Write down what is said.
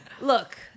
Look